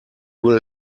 will